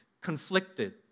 conflicted